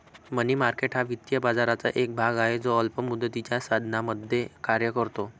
मनी market हा वित्तीय बाजाराचा एक भाग आहे जो अल्प मुदतीच्या साधनांमध्ये कार्य करतो